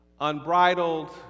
unbridled